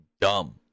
dumb